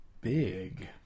big